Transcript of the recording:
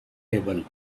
table